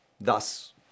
Thus